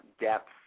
depth